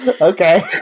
okay